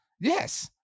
Yes